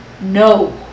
no